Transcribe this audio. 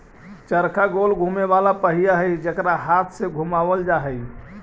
चरखा गोल घुमें वाला पहिया हई जेकरा हाथ से घुमावल जा हई